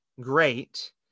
great